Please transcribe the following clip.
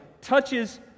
touches